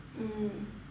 mm